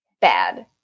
bad